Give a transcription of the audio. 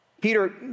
Peter